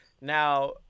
Now